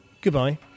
Goodbye